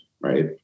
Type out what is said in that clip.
right